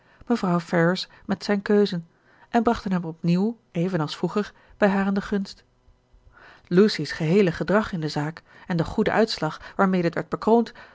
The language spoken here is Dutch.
mevrouw ferrars met zijn keuze en brachten hem opnieuw evenzeer als vroeger bij haar in de gunst lucy's geheele gedrag in de zaak en de goede uitslag waarmede het werd